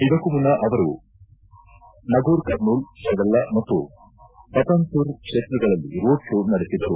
ಇದಕ್ಕೂ ಮುನ್ನಾ ಅವರು ನಗೂರ್ಕರ್ನೂಲ್ ಚೆವೆಲ್ಲಾ ಮತ್ತು ಪತನ್ಚರು ಕ್ಸೇತ್ರಗಳಲ್ಲಿ ರೋಡ್ ಶೋ ನಡೆಸಿದರು